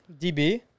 DB